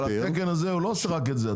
אבל התקן הזה הוא לא עושה רק את זה,